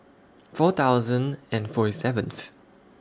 four thousand and forty seventh